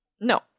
no